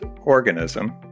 organism